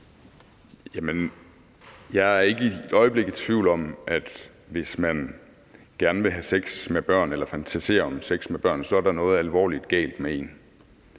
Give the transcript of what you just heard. Jeg er ikke et øjeblik i tvivl om, at der, hvis man gerne vil have sex med børn eller fantaserer om sex med børn, er noget alvorligt galt med en.